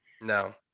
No